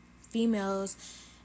females